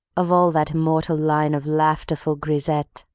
of all that immortal line of laughterful grisettes,